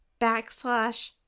backslash